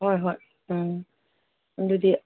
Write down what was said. ꯍꯣꯏ ꯍꯣꯏ ꯎꯝ ꯑꯗꯨꯗꯤ